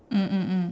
mm mm mm